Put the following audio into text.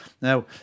Now